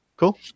cool